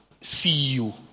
CEO